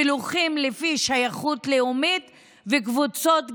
פילוחים לפי שייכות לאומית וקבוצות גיל.